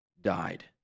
died